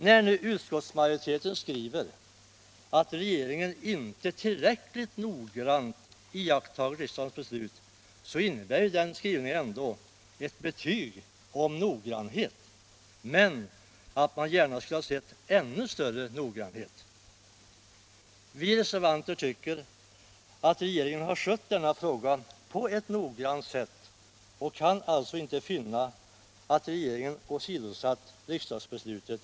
När nu utskottsmajoriteten skriver att regeringen inte tillräckligt nog | grant iakttagit riksdagens beslut innebär den skrivningen ändå ett betyg på noggrannhet, men att man gärna skulle ha sett ännu större noggrann | het. Vi reservanter tycker att regeringen har skött denna fråga på ett nog | grant sätt och kan alltså inte finna att den har åsidosatt riksdagsbeslutet.